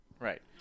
Right